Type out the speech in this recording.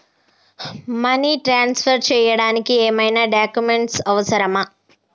Money transfer చేయడానికి ఏమైనా documents అవసరమా?